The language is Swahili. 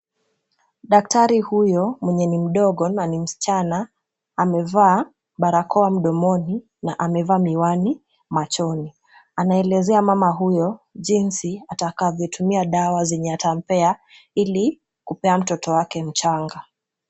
Daktari huyo mwanye ni mdogo na ni mschana, amevaa, barakoa mdomoni, na amevaa miwani machoni. Anaelezea mama huyo jinsi atakavyotumia dawa hizo atakampea ili kupea mtoto wake mchanga.